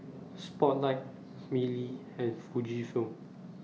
Spotlight Mili and Fujifilm